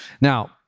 Now